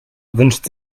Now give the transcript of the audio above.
wünscht